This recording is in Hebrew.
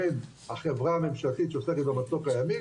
בין החברה הממשלתית שעוסקת במצוק הימי,